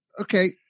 okay